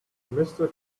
mister